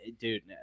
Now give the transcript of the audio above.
dude